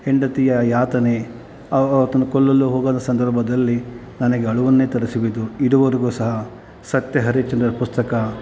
ಹೆಂಡತಿಯ ಯಾತನೆ ಆತನ ಕೊಲ್ಲಲು ಹೋಗುವ ಸಂದರ್ಭದಲ್ಲಿ ನನಗೆ ಅಳುವನ್ನೇ ತರಿಸಿಬಿದ್ದು ಇದುವರೆಗೂ ಸಹ ಸತ್ಯ ಹರಿಶ್ಚಂದ್ರ ಪುಸ್ತಕ